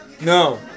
No